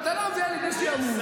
בטלה מביאה לידי שעמום.